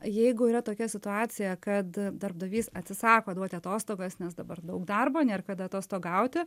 jeigu yra tokia situacija kad darbdavys atsisako duoti atostogas nes dabar daug darbo nėr kada atostogauti